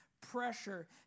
pressure